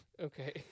Okay